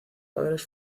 padres